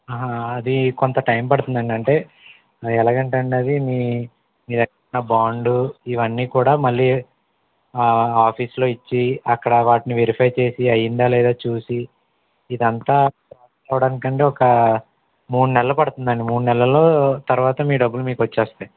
అహ అది కొంత టైం పడుతుంది అండి అంటే ఎలాగ అంటే అండి అది మీ దగ్గర ఉన్న బాండు ఇవన్నీ కూడా మళ్ళీ ఆఫీస్లో ఇచ్చి అక్కడ వాటిని వెరిఫై చేసి అయ్యిందా లేదా చూసి ఇదంతా అవడానికి అండి ఒక మూడు నెలలు పడుతుంది అండి మూడు నెలల తర్వాత మీ డబ్బులు మీకు వచ్చేస్తాయి